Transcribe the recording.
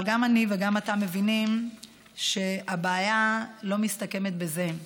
אבל גם אני וגם אתה מבינים שהבעיה לא מסתכמת בזה.